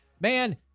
Man